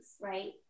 right